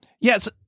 yes